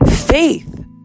faith